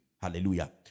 Hallelujah